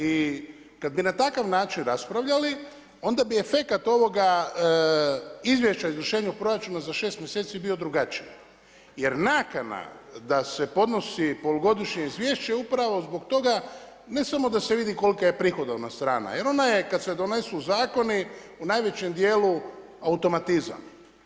I kad bi na takav način raspravljali onda bi efekat ovoga Izvješća o izvršenju proračuna za 6 mjeseci bio drugačiji, jer nakana da se podnosi polugodišnje izvješće upravo zbog toga ne samo da se vidi kolika je prihodovna strana jer ona je kad se donesu zakoni u najvećem dijelu automatizam.